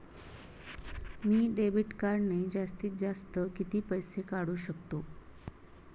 मी debit कार्डने जास्तीत जास्त किती पैसे काढू शकतो?